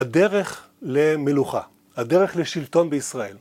הדרך למלוכה, הדרך לשלטון בישראל.